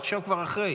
עכשיו כבר אחרי.